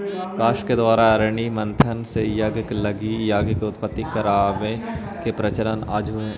काष्ठ के द्वारा अरणि मन्थन से यज्ञ लगी आग के उत्पत्ति करवावे के प्रचलन आजो हई